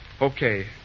Okay